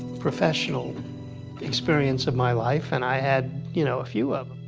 professional experience of my life. and i had, you know, a few of